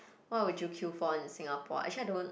what would you queue for in Singapore actually I don't